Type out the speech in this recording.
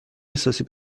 احساسی